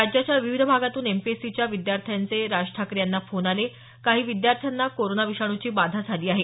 राज्याच्या विविध भागातून एमपीएससीच्या विद्यार्थ्यांचे राज ठाकरे यांना फोन आले काही विद्यार्थ्यांना कोरोना विषाणूची बाधा झाली आहे